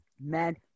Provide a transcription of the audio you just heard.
men